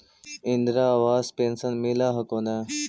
इन्द्रा आवास पेन्शन मिल हको ने?